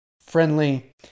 friendly